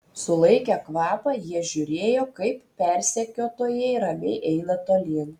sulaikę kvapą jie žiūrėjo kaip persekiotojai ramiai eina tolyn